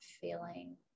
feeling